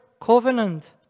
covenant